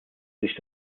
sich